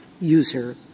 user